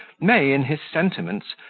may, in his sentiments,